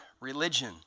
religion